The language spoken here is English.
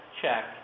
check